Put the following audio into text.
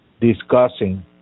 discussing